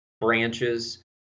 branches